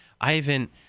ivan